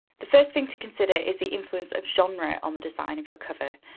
the first thing to consider is the influence of genre on the design of your cover.